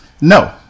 No